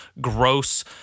gross-